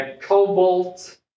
cobalt